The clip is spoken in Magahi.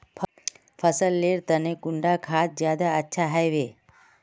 फसल लेर तने कुंडा खाद ज्यादा अच्छा हेवै?